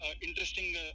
interesting